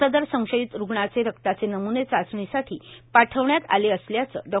सदर संशयित रूग्णाचे रक्ताचे नमूने चाचणीसाठी पाठविण्यात आले असल्याचे डॉ